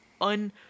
un